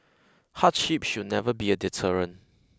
hardship should never be a deterrent